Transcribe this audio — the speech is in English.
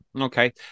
Okay